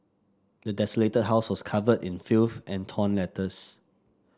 the desolated house was covered in filth and torn letters